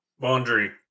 Laundry